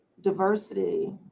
diversity